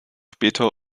später